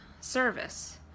service